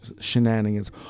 shenanigans